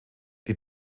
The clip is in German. die